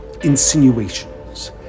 insinuations